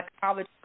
college